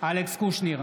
אלכס קושניר,